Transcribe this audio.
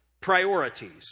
priorities